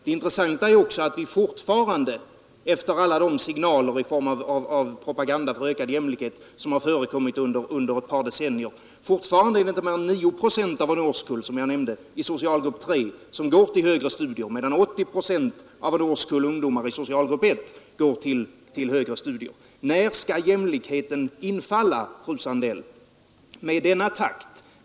Det är också intressant att fortfarande, efter alla de signaler i form av propaganda för ökad jämlikhet som har gått ut under ett par decennier, inte mer än 9 procent av en årskull i socialgrupp 3 — som jag nämnde — går till högre studier, medan 80 procent av en årskull ungdomar i socialgrupp 1 går till högre studier. När skall jämlikheten infalla, fröken Sandell, med denna takt?